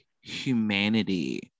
humanity